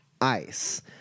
ice